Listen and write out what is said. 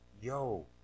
yo